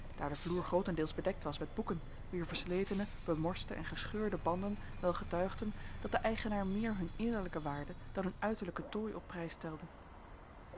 daar de vloer grootendeels bedekt was met boeken wier versletene bemorste en gescheurde banden wel getuigden dat de eigenaar meer hun innerlijke waarde dan hun uiterlijken tooi op prijs stelde